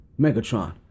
Megatron